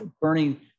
burning